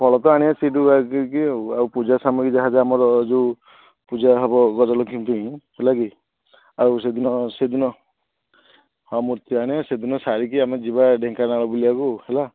ଫଳ ତ ଆଣିବା ସେଇଠୁ ଯାଇ କରିକି ଆଉ ପୂଜା ସାମଗ୍ରୀ ଯାହା ଯାହା ଆମର ଯୋଉ ପୂଜା ହେବ ଗଜଲକ୍ଷ୍ମୀ ପାଇଁ ହେଲାକି ଆଉ ସେଦିନ ସେଦିନ ହଁ ମୂର୍ତ୍ତି ଆଣିବା ସେଦିନ ସାରିକି ଆମେ ଯିବା ଢେଙ୍କାନାଳ ବୁଲିବାକୁ ହେଲା